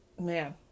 man